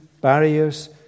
barriers